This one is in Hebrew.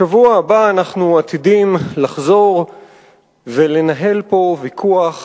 בשבוע הבא אנחנו עתידים לחזור ולנהל פה ויכוח